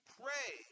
pray